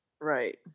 right